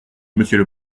monsieur